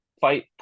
fight